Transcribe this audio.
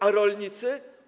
A rolnicy?